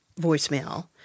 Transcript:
voicemail